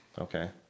Okay